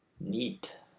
Neat